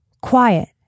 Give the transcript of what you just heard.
quiet